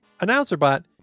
AnnouncerBot